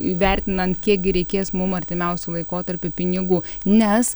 įvertinant kiek gi reikės mum artimiausiu laikotarpiu pinigų nes